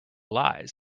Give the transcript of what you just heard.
lies